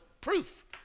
proof